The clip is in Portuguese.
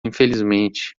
infelizmente